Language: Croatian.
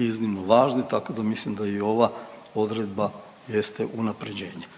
iznimno važni tako da mislim da i ova odredba jeste unapređenje.